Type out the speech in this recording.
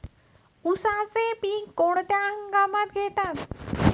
उसाचे पीक कोणत्या हंगामात घेतात?